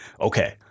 okay